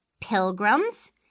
pilgrims